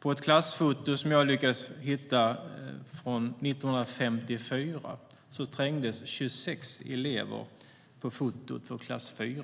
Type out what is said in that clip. På ett klassfoto som jag lyckades hitta från 1954 trängdes 26 elever på fotot för klass 4.